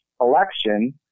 election